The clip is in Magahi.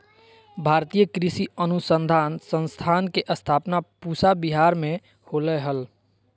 भारतीय कृषि अनुसंधान संस्थान के स्थापना पूसा विहार मे होलय हल